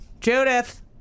Judith